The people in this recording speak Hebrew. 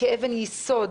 אבן יסוד